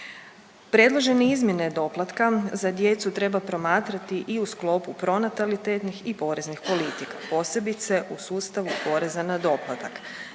Predložene izmjene doplatka za djecu treba promatrati i u sklopu pronatalitetnih i poreznih politika, posebice u sustavu poreza na dohodak.